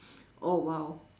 oh !wow!